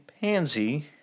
Pansy